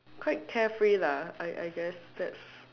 quite carefree lah I I guess that's